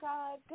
God